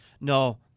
no